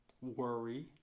worry